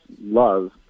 love